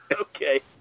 Okay